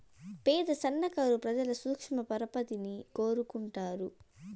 పేద సన్నకారు ప్రజలు సూక్ష్మ పరపతిని కోరుకుంటారు